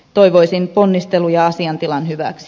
toivoisin ponnisteluja asiantilan hyväksi